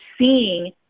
seeing